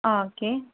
ஆ okay